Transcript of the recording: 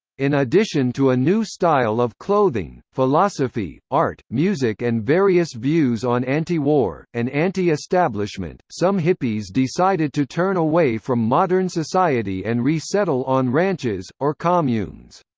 in addition to a new style of clothing, philosophy, art, music and various views on anti-war, and anti-establishment, some hippies decided to turn away from modern society and re-settle on ranches, or communes.